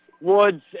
Woods